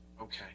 Okay